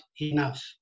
enough